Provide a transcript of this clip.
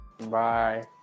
Bye